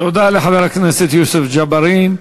תודה לחבר הכנסת יוסף ג'בארין.